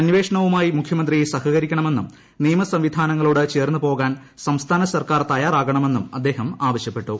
അന്വേഷണവുമായി മുഖ്യമന്ത്രി സഹകരിക്കണമെന്നും നിയമ സംവിധാനങ്ങളോട് ചേർന്ന് പോകാൻ സംസ്ഥാന സർക്കാർ തയാറാകണമെന്നും അദ്ദേഹം ആവശ്യപ്പെട്ടു